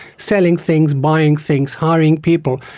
selling things, buying things, hiring people,